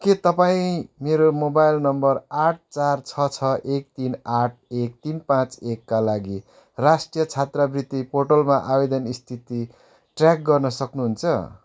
के तपाईँ मेरो मोबाइल नम्बर आठ चार छ छ एक तिन आठ एक तिन पाँच एकका लागि राष्ट्रिय छात्रवृत्ति पोर्टलमा आवेदन स्थिति ट्र्याक गर्न सक्नुहुन्छ